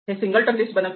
हे singleton list बनवते